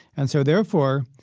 and so therefore,